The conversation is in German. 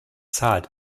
zahlt